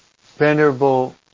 Venerable